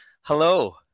Hello